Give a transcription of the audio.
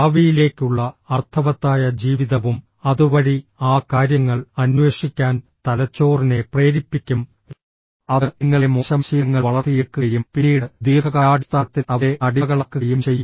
ഭാവിയിലേക്കുള്ള അർത്ഥവത്തായ ജീവിതവും അതുവഴി ആ കാര്യങ്ങൾ അന്വേഷിക്കാൻ തലച്ചോറിനെ പ്രേരിപ്പിക്കും അത് നിങ്ങളെ മോശം ശീലങ്ങൾ വളർത്തിയെടുക്കുകയും പിന്നീട് ദീർഘകാലാടിസ്ഥാനത്തിൽ അവരെ അടിമകളാക്കുകയും ചെയ്യും